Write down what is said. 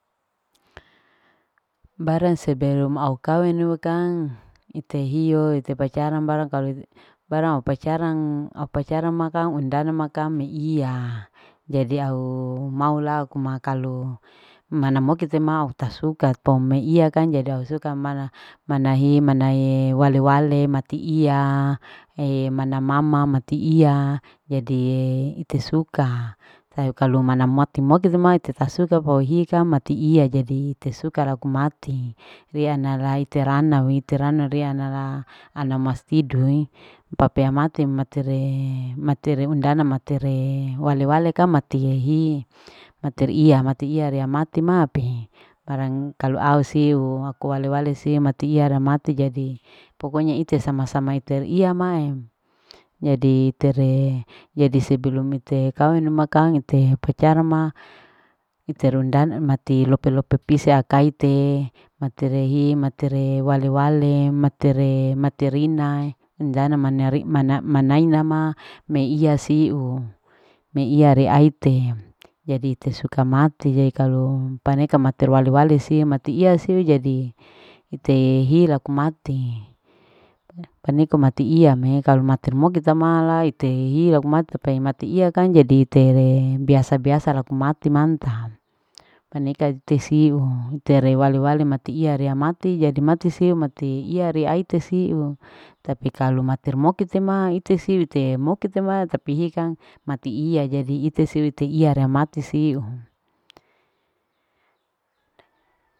Barang sebelum au kawinu kang ite hio ite pacaran barang kalu barang kalu au pacaran au pacaranma kang undana ma kang me ihia jadi auu mau ku ma kalu mana moke te ma pome ia kang jadi au suka mana. mana hi, mana wale. wale mati iya ee mana mama mati iya jadie ite sukatapi kalu mana moti. moti te ma ite tasuka pohika mati iya jadi tesuka laku mati ria ana rite rana reana la ana mas tidoe papea mati mati re. mati re undana mati re wale. wale kang matie hii mater iya mati iya rea mati mape barang kalu au siu ako wale. wale siu mati iya ramati jadi pokonya ite sama. sama iter iya mae jadi itere jadi sebelum ite kawin numa kang ite pacaran ma ite rundana mati lope. lope pisi akaite materi hi mater wale. wale matere. materina undana maneri mana. manaina ma mai iya siu. me ia reaite jadi tesuka mati jadi kalu paneka mater wale-wale si mate iya si jadi ite hi laku mate paniko mati ia me kalu mater mu kita ma lai te hiya laku mater ma lai te ia kumate pe mati ia kang jadi tere biasa. biaasa laku mati manta paneka te wale. wale mati iya rea mati jdi mati siu mati ria mati siu tapi kalu mater moki te ma iter siu iter moki te ma tapi hi kang mati iya jadi ite siu ite iya rea mati siu.